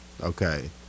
okay